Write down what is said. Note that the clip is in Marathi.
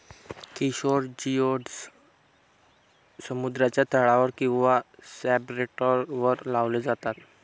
किशोर जिओड्स समुद्राच्या तळावर किंवा सब्सट्रेटवर लावले जातात